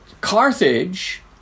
Carthage